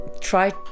try